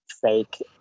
fake